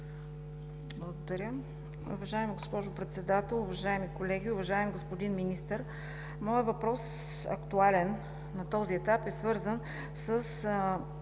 Благодаря.